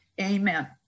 Amen